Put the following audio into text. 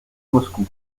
moscou